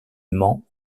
mans